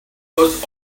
was